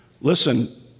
Listen